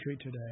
today